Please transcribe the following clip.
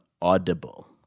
Audible